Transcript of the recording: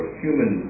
human